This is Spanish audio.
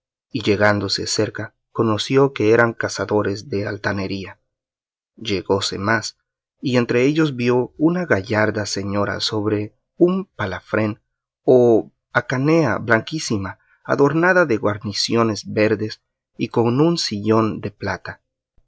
y llegándose cerca conoció que eran cazadores de altanería llegóse más y entre ellos vio una gallarda señora sobre un palafrén o hacanea blanquísima adornada de guarniciones verdes y con un sillón de plata